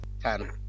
ten